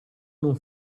non